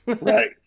Right